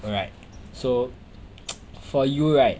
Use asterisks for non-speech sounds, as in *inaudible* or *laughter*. alright so *noise* for you right